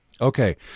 Okay